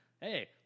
Hey